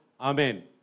Amen